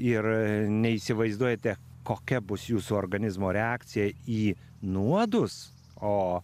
ir neįsivaizduojate kokia bus jūsų organizmo reakcija į nuodus o